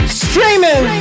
streaming